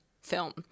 film